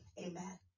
Amen